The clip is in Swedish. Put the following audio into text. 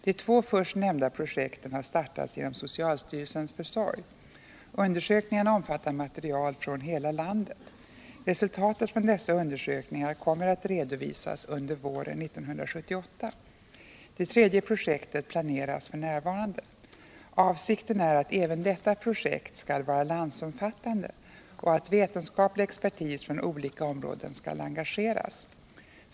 De två först nämnda projekten har startats genom socialstyrelsens försorg. Undersökningarna omfattar material från hela landet. Resultaten från dessa undersökningar kommer att redovisas under våren 1978. Det tredje projektet planeras f.n. Avsikten är att även detta projekt skall vara landsomfattande och att vetenskaplig expertis från olika områden skallengageras.